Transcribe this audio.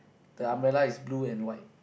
the umbrella is blue and white